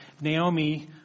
Naomi